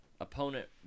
opponent